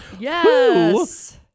Yes